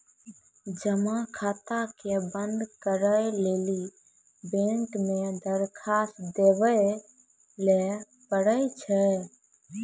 जमा खाता के बंद करै लेली बैंक मे दरखास्त देवै लय परै छै